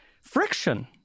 friction